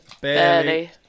barely